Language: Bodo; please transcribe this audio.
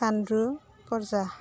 गान्दु खरजा